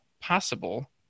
possible